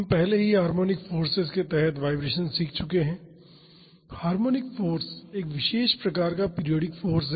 हम पहले ही हार्मोनिक फोर्सेज के तहत वाइब्रेशन सीख चुके हैं हार्मोनिक फाॅर्स एक विशेष प्रकार का पीरियाडिक फाॅर्स है